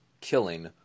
killing